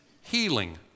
healing